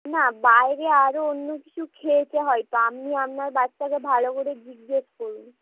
না বাইরে আরও অন্য কিছু খেয়েছে হয়তো আপনি আপনার বাচ্চাকে ভালো করে জিজ্ঞেস করুন